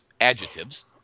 adjectives